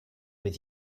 with